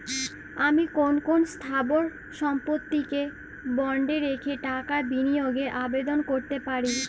আমি কোন কোন স্থাবর সম্পত্তিকে বন্ডে রেখে টাকা বিনিয়োগের আবেদন করতে পারি?